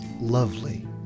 lovely